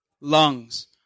lungs